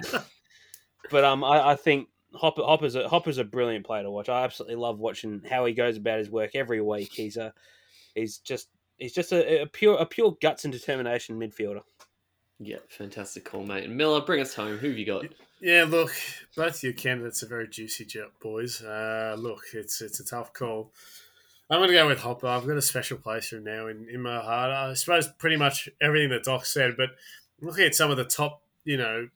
But, um, I- I think Hopper- Hopper's a- Hopper's a brilliant player to watch. I absolutely love watching how he goes about his work every week. He's a- he's just- he's just a- a pure- a pure guts and determination midfielder. Yeah, fantastic call, mate. And Miller, bring us home. Who have you got? Yeah- yeah, look, both your candidates are very juicy, jet, boys. Uh, look, it's- it's a tough call. I'm gonna go with Hopper. I've got a special place for him now in- in my heart. I suppose pretty much everything that Doc said, but looking at some of the top, you know,